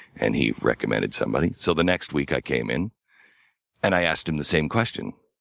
and he recommended somebody. so the next week i came in and i asked him the same question.